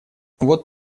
вот